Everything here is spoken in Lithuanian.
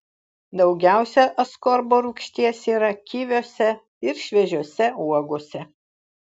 daugiausia askorbo rūgšties yra kiviuose ir šviežiose uogose